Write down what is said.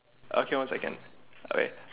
okay one second okay